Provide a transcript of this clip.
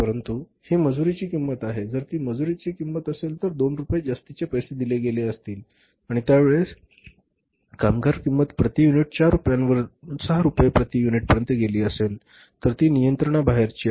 परंतु उदाहरणार्थ ही मजुरीची किंमत आहे जर ती मजुरीची किंमत असेल तर 2 रुपये जास्तीचे पैसे दिले गेले असतील आणि त्यावेळी कामगार किंमत प्रति युनिट 4 रुपयांवरून 6 रूपये प्रति युनिटपर्यंत गेली असेल तर ती नियंत्रणाबाहेरची आहे